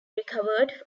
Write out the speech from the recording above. recovered